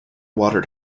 watered